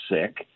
sick